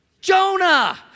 Jonah